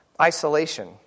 Isolation